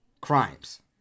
crimes